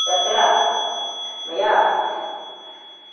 तत्र मया